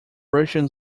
russian